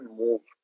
move